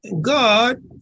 God